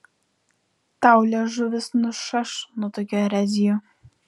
tau liežuvis nušaš nuo tokių erezijų